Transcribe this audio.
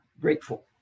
grateful